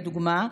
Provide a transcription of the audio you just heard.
לדוגמה,